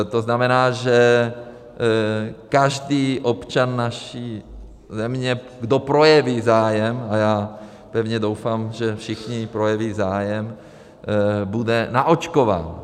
To znamená, že každý občan naší země, kdo projeví zájem, a já pevně doufám, že všichni projeví zájem, bude naočkován.